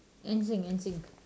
n sync n sync